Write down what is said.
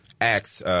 Acts